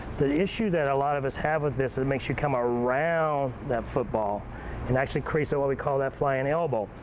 the issue that a lot of us have with this is it makes you come around that football and it actually creates what we call that flying elbow,